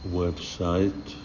website